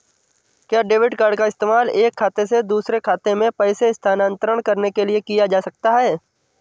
क्या debit card का इस्तेमाल एक खाते से दूसरे खाते में पैसे स्थानांतरण करने के लिए किया जा सकता है?